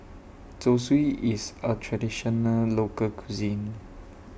Zosui IS A Traditional Local Cuisine